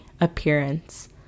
appearance